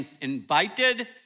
invited